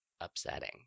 upsetting